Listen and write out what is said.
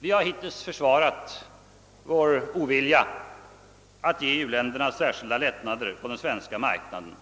Vi har hittills försvarat vår ovilja att ge u-länderna särskilda lättnader på den svenska marknaden